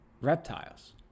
reptiles